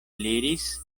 eliris